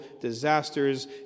disasters